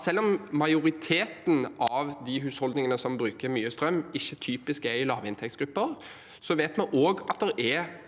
Selv om majoriteten av de husholdningene som bruker mye strøm, ikke typisk er i lavinntektsgrupper, vet vi også at det er